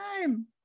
time